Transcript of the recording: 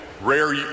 Rare